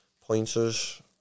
pointers